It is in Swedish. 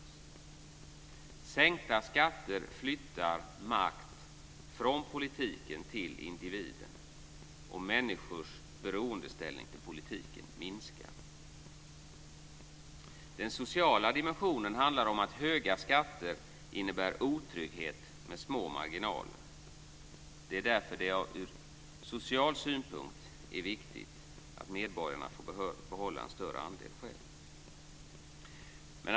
Sänkta skatter flyttar makt från politiken till individen, och människors beroendeställning till politiken minskar. Den social dimensionen handlar om att höga skatter innebär otrygghet med små marginaler. Det är därför som det ur social synpunkt är viktigt att medborgarna får behålla en större andel själva.